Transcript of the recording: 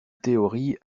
théorie